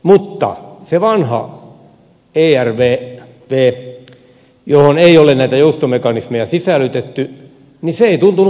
mutta se vanha ervv johon ei ole näitä joustomekanismeja sisällytetty se ei tuntunut toimivan